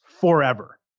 forever